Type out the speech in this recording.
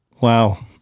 Wow